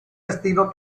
destino